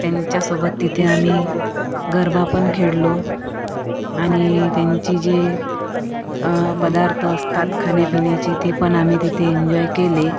त्यांच्यासोबत तिथे आम्ही गरबापण खेळलो आणि त्यांचे जे पदार्थ असतात खाण्यापिण्याचे ते पण आम्ही तिथे इन्जॉय केले